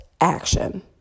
action